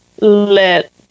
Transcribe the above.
let